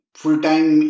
full-time